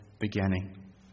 beginning